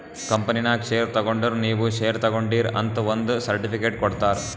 ಕಂಪನಿನಾಗ್ ಶೇರ್ ತಗೊಂಡುರ್ ನೀವೂ ಶೇರ್ ತಗೊಂಡೀರ್ ಅಂತ್ ಒಂದ್ ಸರ್ಟಿಫಿಕೇಟ್ ಕೊಡ್ತಾರ್